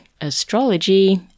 astrology